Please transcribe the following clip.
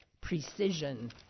Precision